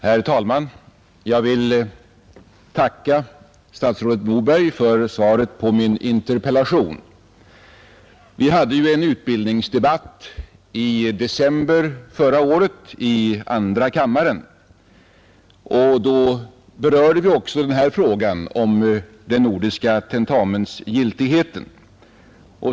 Herr talman! Jag vill tacka statsrådet Moberg för svaret på min interpellation. Vi hade en utbildningsdebatt i december förra året i andra kammaren, och då vi berörde vi också frågan om den nordiska tentamensgiltigheten.